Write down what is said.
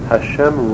Hashem